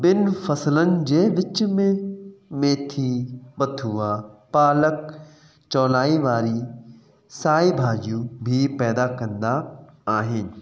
बिनि फ़सलनि जे विच में मेथी बथूआ पालकु चौणाई वारी साई भाॼियूं बि पैदा कंदा आहिनि